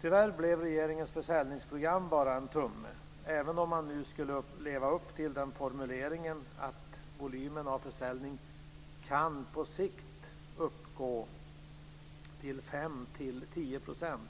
Tyvärr blev regeringens försäljningsprogram bara en tumme även om man skulle leva upp till formuleringen att volymen av försäljning på sikt kan uppgå till mellan 5 % och 10 %.